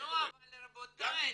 רבותי,